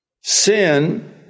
Sin